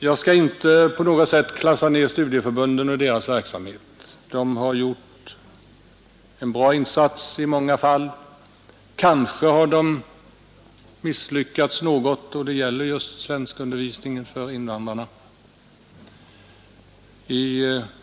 Jag skall inte på något sätt klassa ner studieförbunden och deras verksamhet. De har gjort en bra insats i många fall. Kanske har de misslyckats något just när det gäller svenskundervisningen för invandrarna.